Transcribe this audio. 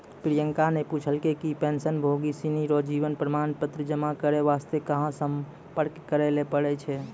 प्रियंका ने पूछलकै कि पेंशनभोगी सिनी रो जीवन प्रमाण पत्र जमा करय वास्ते कहां सम्पर्क करय लै पड़ै छै